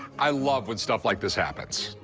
i love when stuff like this happens.